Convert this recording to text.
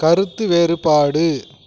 கருத்து வேறுபாடு